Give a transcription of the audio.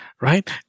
right